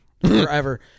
forever